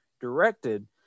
directed